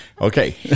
Okay